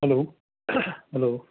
hello hello